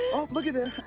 oh, looky there.